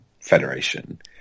Federation